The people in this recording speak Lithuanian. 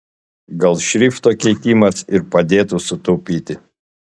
gal šrifto keitimas ir padėtų sutaupyti